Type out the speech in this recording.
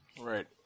Right